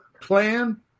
plan